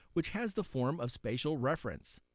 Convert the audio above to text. which has the form of spatial reference.